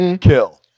kill